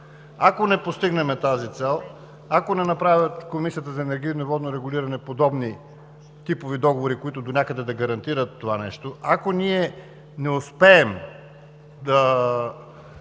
Ако не постигнем тази цел, ако не направят Комисията за енергийно и водно регулиране подобни типови договори, които донякъде да гарантират това нещо, ако ние не успеем да